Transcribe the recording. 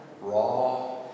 raw